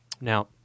Now